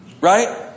Right